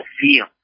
feel